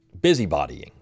busybodying